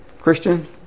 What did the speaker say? Christian